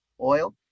oil